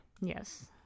Yes